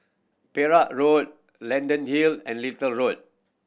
Perak Road Leyden Hill and Little Road